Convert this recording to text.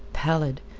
pallid,